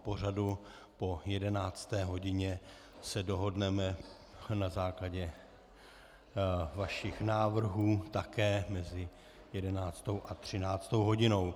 O pořadu po 11. hodině se dohodneme na základě vašich návrhů také mezi 11. a 13. hodinou.